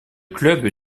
club